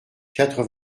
quatre